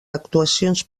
actuacions